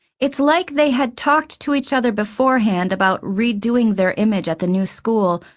it's like they had talked to each other beforehand about redoing their image at the new school,